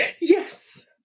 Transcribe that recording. yes